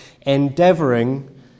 endeavouring